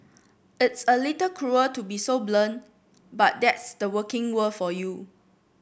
it's a little cruel to be so blunt but that's the working world for you